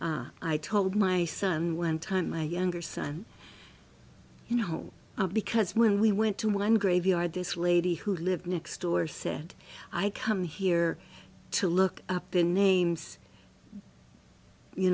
i told my son one time my younger son you know because when we went to my graveyard this lady who lived next door said i come here to look up in names you